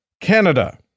Canada